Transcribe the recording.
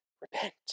Repent